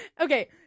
Okay